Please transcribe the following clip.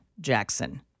Jackson